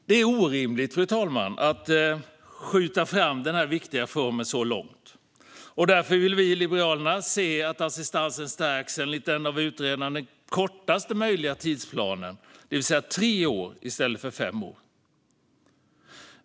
Det är orimligt att skjuta denna viktiga reform så långt på framtiden. Därför vill Liberalerna se att assistansen stärks enligt den av utredaren föreslagna kortast möjliga tidsplanen, det vill säga tre år i stället för fem år.